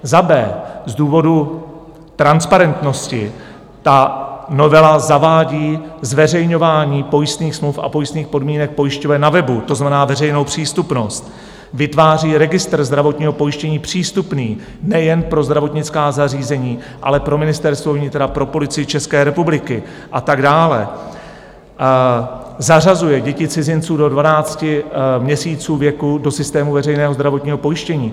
Za b) z důvodu transparentnosti novela zavádí zveřejňování pojistných smluv a pojistných podmínek pojišťoven na webu, to znamená, veřejnou přístupnost, vytváří Registr zdravotního pojištění přístupný nejen pro zdravotnická zařízení, ale pro Ministerstvo vnitra, pro Policii České republiky a tak dále, zařazuje děti cizinců do 12 měsíců věku do systému veřejného zdravotního pojištění.